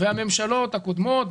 והממשלות הקודמות,